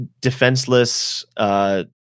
defenseless